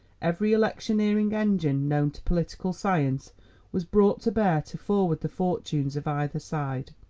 every electioneering engine known to political science was brought to bear to forward the fortunes of either side.